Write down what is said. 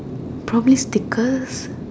probably stickers